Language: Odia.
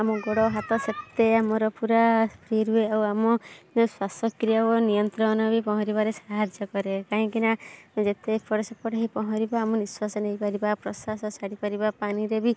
ଆମ ଗୋଡ଼ ହାତ ସେତେ ଆମର ପୂରା ଫ୍ରୀ ରୁହେ ଆଉ ଆମ ଯୋଉ ଶ୍ଵାସକ୍ରିୟା ଓ ନିୟନ୍ତ୍ରଣ ପହଁରିବାରେ ସାହାଯ୍ୟ କରେ କାହିଁକି ନା ଯେତେ ଏପଟ ସେପଟ ହେଇ ପହଁରିବା ଆମ ନିଶ୍ଵାସ ନେଇପାରିବା ପ୍ରଶ୍ଵାସ ଛାଡ଼ି ପାରିବା ପାଣିରେ ବି